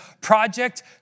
Project